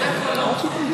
זה קולו.